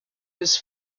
was